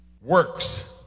Works